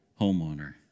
homeowner